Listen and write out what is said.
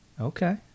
Okay